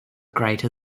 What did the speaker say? greater